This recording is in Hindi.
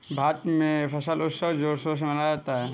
भारत में फसल उत्सव जोर शोर से मनाया जाता है